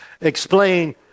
explain